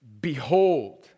Behold